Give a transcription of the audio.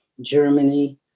Germany